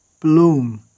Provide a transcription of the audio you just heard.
bloom